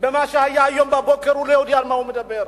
במה שהיה היום בבוקר לא יודע על מה הוא מדבר.